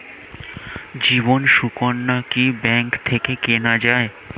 জীবন সুকন্যা কি ব্যাংক থেকে কেনা যায়?